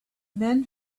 men